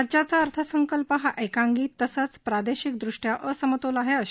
राज्याचा अर्थसंकल्प हा एकांगी तसेच प्रादेशिक दृष्ट्या असमतोल आहे अशी